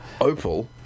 Opal